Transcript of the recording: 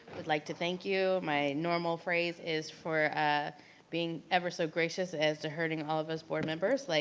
would like to thank you, my normal phrase is for ah being ever so gracious as to herding all of us board members, like